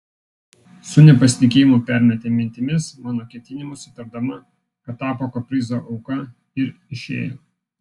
su nepasitikėjimu permetė mintimis mano ketinimus įtardama kad tapo kaprizo auka ir išėjo